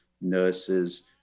nurses